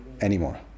anymore